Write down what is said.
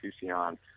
Tucson